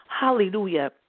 Hallelujah